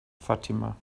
fatima